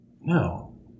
no